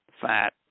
fat